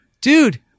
dude